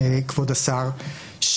כבוד השר,